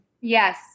Yes